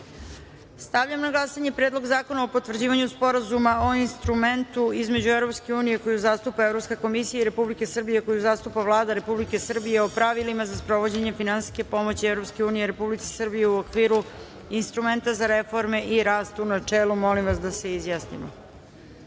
odluke. Stavljam na glasanje Predlog zakona o potvrđivanju Sporazuma o Instrumentu između EU koju zastupa Evropska komisija i Republike Srbije koju zastupa Vlada Republike Srbije o pravilima za sprovođenje finansijske pomoći EU Republici Srbiji u okviru Instrumenta za reforme i rast, u načelu. Molim narodne poslanike